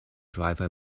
driver